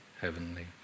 heavenly